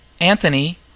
Anthony